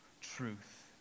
truth